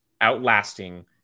outlasting